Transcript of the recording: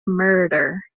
murder